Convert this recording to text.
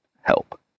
help